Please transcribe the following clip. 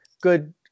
good